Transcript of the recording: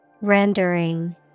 Rendering